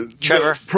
trevor